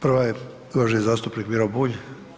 Prva je uvaženi zastupnik Miro Bulj.